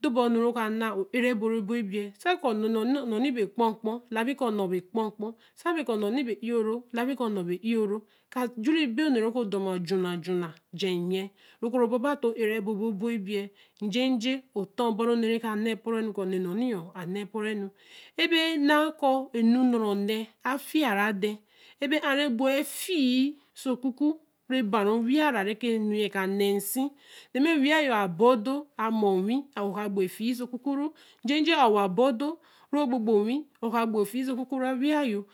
dor benu ru ka na o e-re boru e bo eba so koo nno yoo be okpo kpo labi koo be okpokpo, sa be koo nno bi ee ō-ro labi koo ee oro ka ju re be o nee re ke dor junajuna jer n yen re ke ru baba too e bo ra bo eba njeje o ta o bo ru o nee re ka na eporu nu, koo o nee noo a na eporo nu eben aa kōō e-nu na nee a fiyea rua ihan ebe a-ru egbo wa efiee oso ku-ku re ban ru owiya ra re e-nu ka nee nse tima owi yoo a ba odo ama owi a ō ka fbo fiee so kuku ru njeje a ō wa ban odo ru gbogbo owi a ō ka gbo fiee ru owi ya yoo